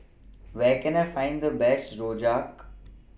Where Can I Find The Best Rojak